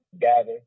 gather